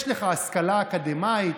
יש לך השכלה אקדמאית?